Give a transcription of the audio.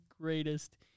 greatest